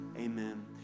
Amen